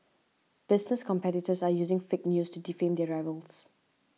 business competitors are using fake news to defame their rivals